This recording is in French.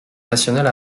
nationale